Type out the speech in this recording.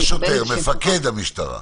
לא השוטר, מפקד המשטרה.